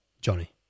Johnny